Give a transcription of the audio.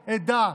עדה,